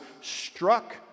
struck